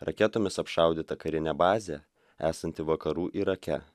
raketomis apšaudyta karinė bazė esanti vakarų irake